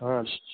हा